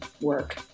work